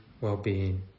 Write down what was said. well-being